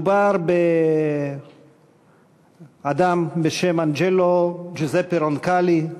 מדובר באדם בשם אנג'לו ג'וזפה רונקלי,